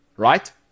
Right